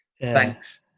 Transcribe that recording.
thanks